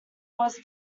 was